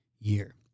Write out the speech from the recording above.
year